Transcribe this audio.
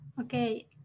Okay